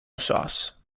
sauce